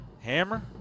Hammer